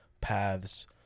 Paths